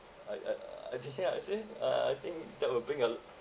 I I uh I think honestly uh I think that will bring a